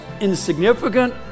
insignificant